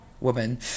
woman